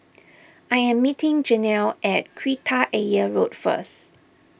I am meeting Janell at Kreta Ayer Road first